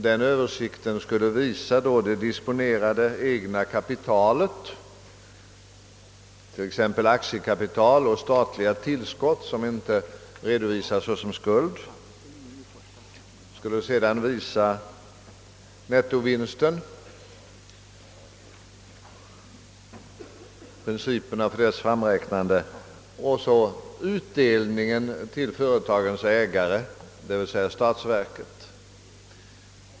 Den översikten skulle då visa det disponerade egna kapitalet, t.ex. aktiekapital och statliga tillskott, som inte redovisas som skuld. Den skulle vidare visa principerna för nettovinstens framräknande och utdelningen till företagens ägare, d.v.s. statsverket.